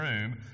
room